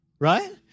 Right